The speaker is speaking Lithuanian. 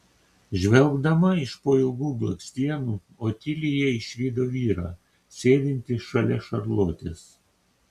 žvelgdama iš po ilgų blakstienų otilija išvydo vyrą sėdintį šalia šarlotės